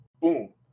Boom